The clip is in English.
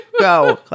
Go